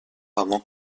avant